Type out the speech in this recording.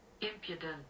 impudent